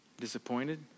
Disappointed